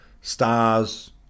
Stars